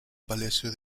palacio